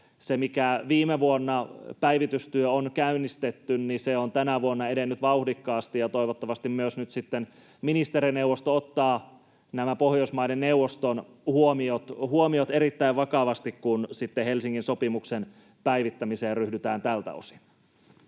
mikä viime vuonna on käynnistetty, on tänä vuonna edennyt vauhdikkaasti, ja toivottavasti myös nyt sitten ministerineuvosto ottaa nämä Pohjoismaiden neuvoston huomiot erittäin vakavasti, kun sitten Helsingin sopimuksen päivittämiseen ryhdytään tältä osin.